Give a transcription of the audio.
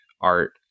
art